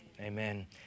Amen